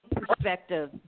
perspective